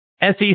SEC